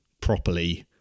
properly